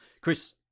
Chris